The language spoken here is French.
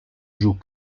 joue